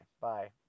Bye